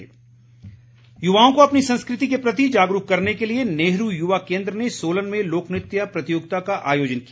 लोक नृत्य युवाओं को अपनी संस्कृति के प्रति जागरूक करने के लिए नेहरू युवा केन्द्र ने सोलन में लोक नृत्य प्रतियोगिता का आयोजन किया